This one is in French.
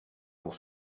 pour